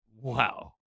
wow